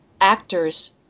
actors